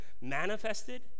manifested